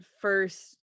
first